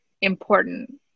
important